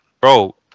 Bro